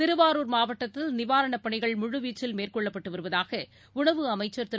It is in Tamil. திருவாரூர் மாவட்டத்தில் நிவாரணப் பணிகள் முழுவீச்சில் மேற்கொள்ளப்பட்டுவருவதாகஉணவு அமைச்சர் திரு